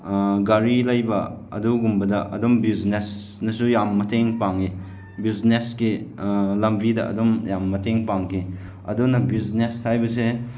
ꯒꯥꯔꯤ ꯂꯩꯕ ꯑꯗꯨꯒꯨꯝꯕꯗ ꯑꯗꯨꯝ ꯕꯤꯎꯖꯤꯅꯦꯁꯅꯁꯨ ꯌꯥꯝ ꯃꯇꯦꯡ ꯄꯥꯡꯉꯤ ꯕꯤꯎꯖꯤꯅꯦꯁꯀꯤ ꯂꯝꯕꯤꯗ ꯑꯗꯨꯝ ꯌꯥꯝ ꯃꯇꯦꯡ ꯄꯥꯡꯒꯤ ꯑꯗꯨꯅ ꯕꯤꯎꯖꯤꯅꯦꯁ ꯍꯥꯏꯕꯁꯦ